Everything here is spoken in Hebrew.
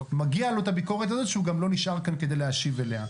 מגיע לו את הביקורת הזאת כי הוא גם לא נשאר כאן כדי להשיב לה.